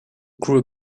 crew